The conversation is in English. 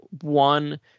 one